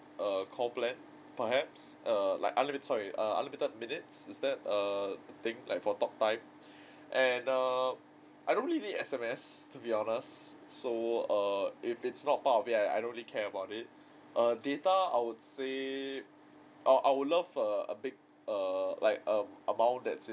err call plan perhaps err like unlimited sorry err unlimited minutes is that err thing like for talk time and err I don't really need S_M_S to be honest so err if it's not part of it I I don't really care about it err data I would say I I would love a a big err like err amount that's in